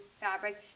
fabric